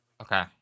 Okay